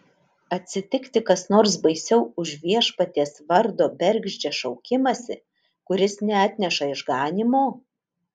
atsitikti kas nors baisiau už viešpaties vardo bergždžią šaukimąsi kuris neatneša išganymo